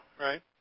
right